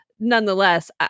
Nonetheless